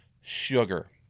Sugar